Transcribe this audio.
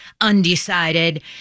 undecided